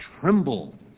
tremble